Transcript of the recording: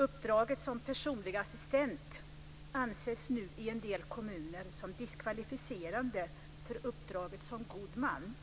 Uppdraget som personlig assistent anses nu i en del kommuner som diskvalificerande för uppdraget som god man.